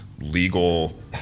legal